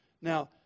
Now